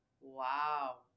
Wow